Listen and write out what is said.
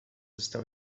estão